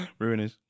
Ruiners